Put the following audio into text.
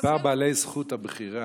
מספר בעלי זכות הבחירה.